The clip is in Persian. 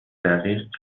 دقیق